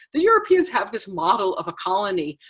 the europeans have this model of a colony.